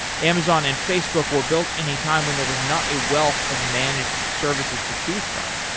amazon and facebook were built in a time when there was not a wealth of managed services to choose from.